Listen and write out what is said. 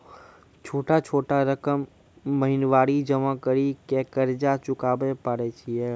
छोटा छोटा रकम महीनवारी जमा करि के कर्जा चुकाबै परए छियै?